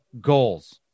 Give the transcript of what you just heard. goals